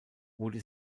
wurde